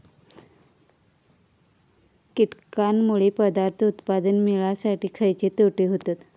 कीटकांनमुळे पदार्थ उत्पादन मिळासाठी खयचे तोटे होतत?